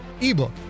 ebook